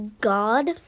God